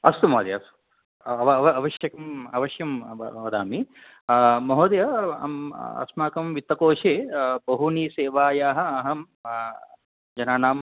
अस्तु महोदय अवश्यम् अवश्यं वदामि महोदय अस्माकं वित्तकोषे बहूनि सेवायाः अहं जनानां